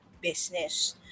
business